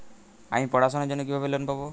আমি পড়াশোনার জন্য কিভাবে লোন পাব?